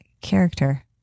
character